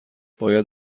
باید